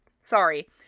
sorry